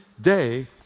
day